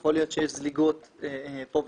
יכול להיות שיש זליגות פה ושם.